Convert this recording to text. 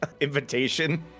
invitation